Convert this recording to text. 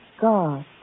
God